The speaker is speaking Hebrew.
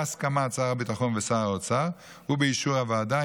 בהסכמת שר הביטחון ושר האוצר ובאישור הוועדה,